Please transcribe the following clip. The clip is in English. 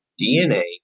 DNA